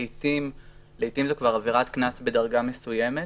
לעתים זה כבר עבירת קנס בדרגה מסוימת,